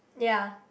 ya